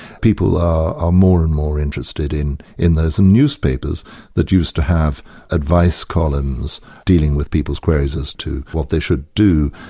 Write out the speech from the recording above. people are more and more interested in in those than newspapers that used to have advice columns dealing with people's queries as to what they should do,